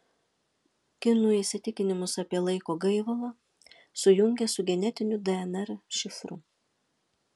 kinų įsitikinimus apie laiko gaivalą sujungė su genetiniu dnr šifru